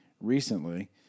recently